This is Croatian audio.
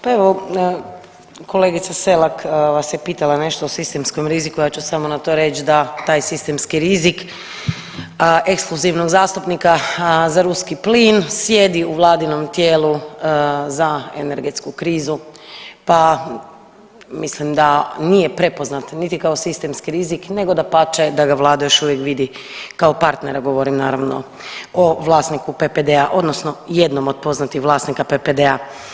Pa evo kolegica SElak vas je pitala nešto o sistemskom riziku, ja ću samo na to reći da taj sistemski rizik ekskluzivnog zastupnika za ruski plin sjedi u vladinom tijelu za energetsku krizu pa mislim da nije prepoznat nit kao sistemski rizik nego dapače da ga vlada još uvijek vidi kao partnera, govorim naravno o vlasniku PPD-a odnosno jednom od poznatih vlasnika PPD-a.